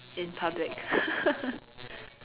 in public